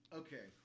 okay